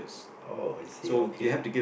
oh I see okay